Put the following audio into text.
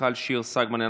גלית דיסטל אטבריאן,